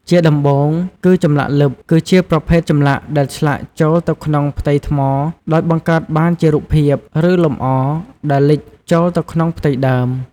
ជាដំបូងគឺ ចម្លាក់លិប គឺជាប្រភេទចម្លាក់ដែលឆ្លាក់ចូលទៅក្នុងផ្ទៃថ្ម ដោយបង្កើតបានជារូបភាព ឬលម្អដែល លិចចូលទៅក្នុងផ្ទៃដើម។